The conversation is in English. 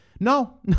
No